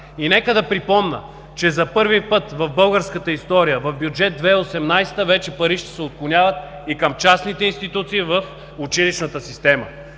Нека да припомня, че за първи път в българската история в Бюджет 2018 вече пари ще се отклоняват и към частните институции в училищната система!